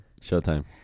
Showtime